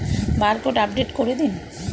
Barcode update করে দিন?